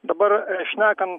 dabar šnekan